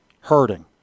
hurting